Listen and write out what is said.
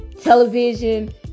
television